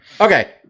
Okay